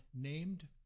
named